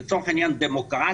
לצורך העניין דמוקרטית,